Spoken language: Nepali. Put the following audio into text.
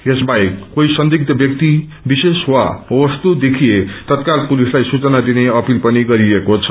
यसबाहेक कोही संदिग्थ व्यक्ति विश्रेष वा वस्तु देखिए तत्काल पुतिसताई सूचना दिने अपीत गरिएको छ